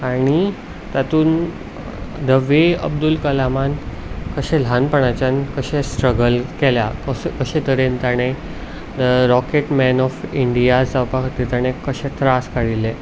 आनी तातूंत द वे अब्दूल कलामान कशें ल्हानपणाच्यान कशें स्ट्रगल केलां कसो कशे तरेन ताणें रॉकेट मेन ऑफ इंडिया जावपा खातीर ताणें कशे त्रास काडिल्ले